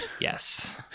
Yes